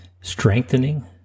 Strengthening